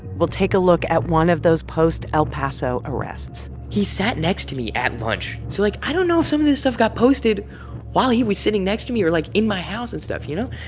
we'll take a look at one of those post-el paso arrests he sat next to me at lunch. so, like, i don't know if some of this stuff got posted while he was sitting next to me or, like, in my house and stuff you know?